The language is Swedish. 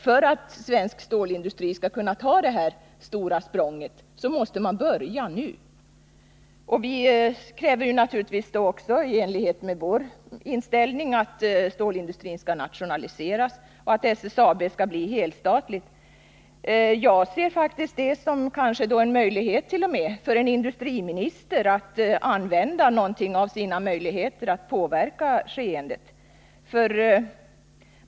För att svensk stålindustri skall kunna ta det här stora språnget krävs det alltså att man börjar nu. I enlighet med vår inställning kräver vi naturligtvis också att stålindustrin skall nationaliseras och att SSAB skall bli helstatligt. Jag ser det faktiskt t.o.m. som en möjlighet för en industriminister att i någon mån använda sina resurser för att påverka skeendet.